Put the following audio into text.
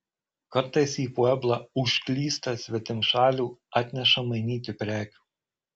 kartais į pueblą užklysta svetimšalių atneša mainyti prekių